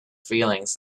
feelings